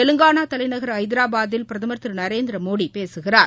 தெலங்கானா தலைநகர் ஹைதராபாத்தில் பிரதமர் திரு நரேந்திரமோடி பேசுகிறார்